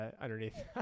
underneath